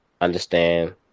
understand